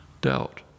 doubt